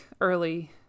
early